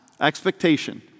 expectation